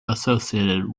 associated